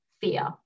fear